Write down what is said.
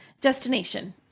Destination